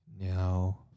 now